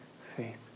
faith